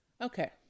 Okay